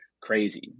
crazy